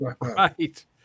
right